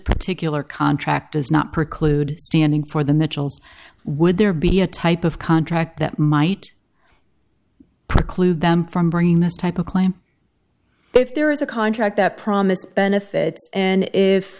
particular contract does not preclude standing for the mitchells would there be a type of contract that might preclude them from bringing this type of claim if there is a contract that promise benefits and if